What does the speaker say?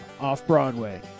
Off-Broadway